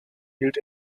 hielt